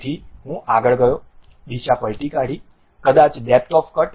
તેથી હું આગળ ગયો દિશા પલટી કાઢી કદાચ ડેપ્થ ઓફ કટ